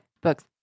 books